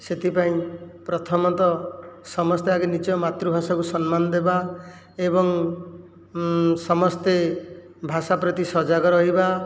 ସେଥିପାଇଁ ପ୍ରଥମତଃ ସମସ୍ତେ ଆଗେ ନିଜ ମାତୃଭାଷାକୁ ସମ୍ମାନ ଦେବା ଏବଂ ସମସ୍ତେ ଭାଷା ପ୍ରତି ସଜାଗ ରହିବା